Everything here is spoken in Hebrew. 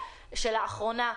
שלאחרונה,